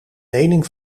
lening